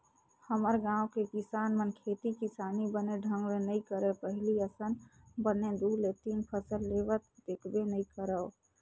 हमर गाँव के किसान मन खेती किसानी बने ढंग ले नइ करय पहिली असन बने दू ले तीन फसल लेवत देखबे नइ करव